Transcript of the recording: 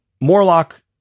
Morlock